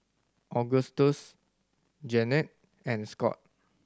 Augustus Jeanette and Scott